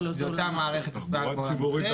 אבל בתחבורה ציבורית,